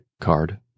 card